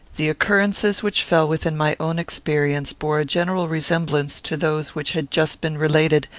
the occurrences which fell within my own experience bore a general resemblance to those which had just been related,